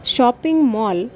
shopping mall